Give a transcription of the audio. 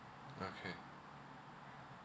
okay